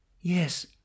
yes